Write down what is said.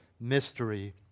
mystery